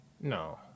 No